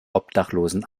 obdachlosen